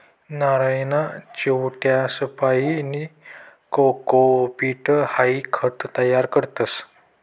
नारयना चिवट्यासपाईन कोकोपीट हाई खत तयार करतस